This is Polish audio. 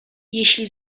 jeśli